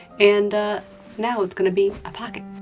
and now it's gonna be a pocket.